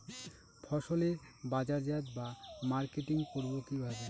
ফসলের বাজারজাত বা মার্কেটিং করব কিভাবে?